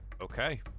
Okay